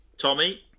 Tommy